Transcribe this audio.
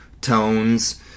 tones